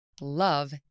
Love